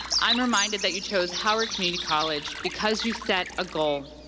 i am reminded that you chose howard community college because you set a goal.